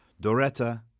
Doretta